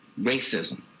racism